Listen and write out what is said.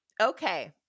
Okay